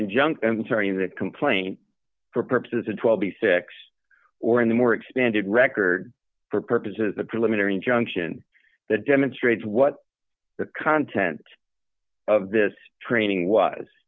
in junk i'm sorry in the complaint for purposes of twelve the six or in the more expanded record for purposes the preliminary injunction that demonstrates what the content of this training